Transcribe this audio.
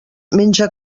menja